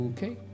Okay